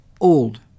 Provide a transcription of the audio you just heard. old